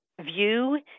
view